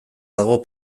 dago